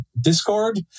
Discord